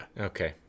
Okay